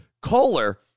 Kohler